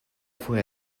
fue